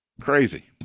Crazy